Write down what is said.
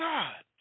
God